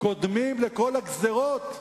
קודמים לכל הגזירות?